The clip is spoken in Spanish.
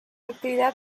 actividad